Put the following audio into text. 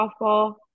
softball